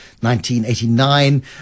1989